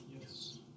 Yes